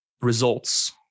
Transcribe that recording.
results